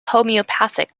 homeopathic